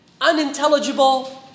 unintelligible